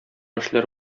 эшләр